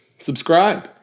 subscribe